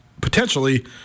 potentially